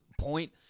Point